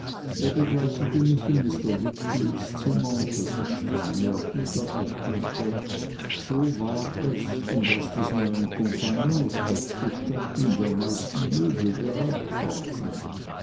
begleitete mich in mr wickfields zimmer das ich kaum mehr wieder erkannte so war es um das des neuen kompagnons auszustatten der meisten möbel beraubt worden